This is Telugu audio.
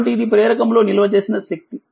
కాబట్టి ఇది ప్రేరకంలోనిల్వ చేసినశక్తి